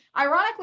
ironically